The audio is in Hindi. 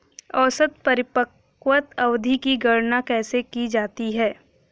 औसत परिपक्वता अवधि की गणना कैसे की जाती है?